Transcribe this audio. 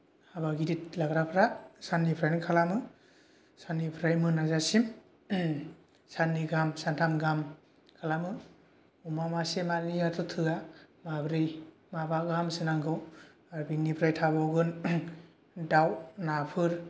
हाबा गिदिर लाग्राफ्रा साननिफ्रायनो खालामो साननिफ्राय मोनाजासिम साननै गाहाम सानथाम गाहाम खालामो अमा मासे मानैआथ' थोया माब्रै माबा गाहामसो नांगौ आरो बिनिफ्राय थाबावगोन दाउ नाफोर